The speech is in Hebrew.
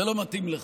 זה לא מתאים לך,